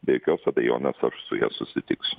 be jokios abejonės aš su ja susitiksiu